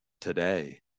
today